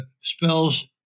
spells